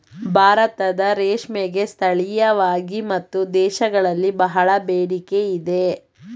ಭಾರತದ ರೇಷ್ಮೆಗೆ ಸ್ಥಳೀಯವಾಗಿ ಮತ್ತು ದೇಶಗಳಲ್ಲಿ ಬಹಳ ಬೇಡಿಕೆ ಇದೆ